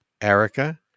Erica